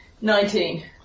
Nineteen